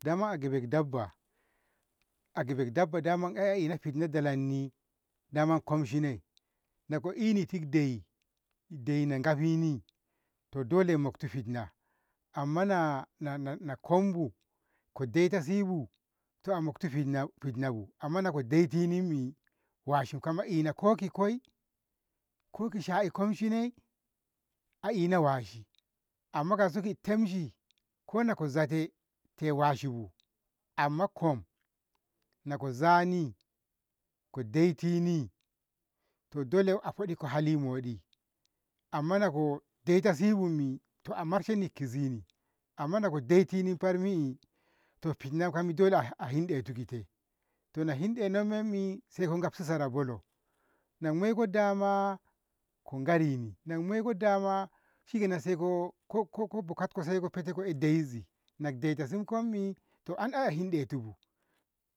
Dama a gigbe dabba, a gigbe dabba daman ai a ina dalanni dama komshine nako e'nitid dayi, dayina ngafinni to dole muktu fitna amma na na na kombu ko de'ita sibu to a mkktu fitna- fitnabu amma nako de'itinimi washi kam ina ko ki koi ko ki sha'e komshine a ina washi amma kauso kit tamshi kona ko zaɗe te washibu amma kom nako nzani ko daitini to dole afoɗiko hali moɗi amma nako daita sibumi to a marshenni ki zini amma nako daitini farmii to fitna kam dole a- ahindetu ki tim, to na hindenomaimi saiko kafshi sara bolo na maikod dama ko garini namoiko dama shikenan saiko bokotko saiko'e saiko fete ko'e de'ezi nade'itashi konmi to an 'ya a hindetubu.